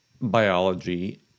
biology